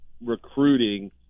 recruiting